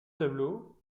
tableaux